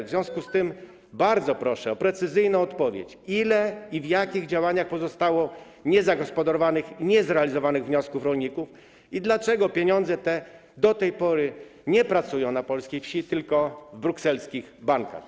W związku z tym bardzo proszę o precyzyjną odpowiedź na pytanie: Ile i w jakich działaniach pozostało niezagospodarowanych, niezrealizowanych wniosków rolników i dlaczego pieniądze te do tej pory nie pracują na polskiej wsi, tylko w brukselskich bankach?